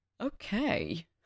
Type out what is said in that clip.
Okay